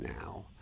now